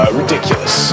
ridiculous